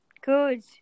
good